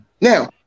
Now